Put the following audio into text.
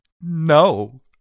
no